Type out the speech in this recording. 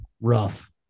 Rough